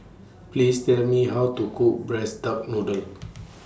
Please Tell Me How to Cook Braised Duck Noodle